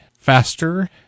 faster